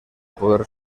poder